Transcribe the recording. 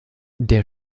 der